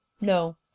no